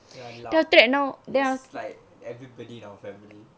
ya lah just like everybody in our family